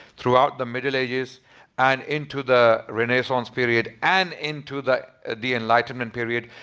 throughout the middle ages and into the renaissance period and into the the enlightenment period.